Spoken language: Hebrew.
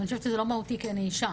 ואני חושבת שזה לא מהותי כי אני אישה,